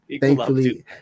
thankfully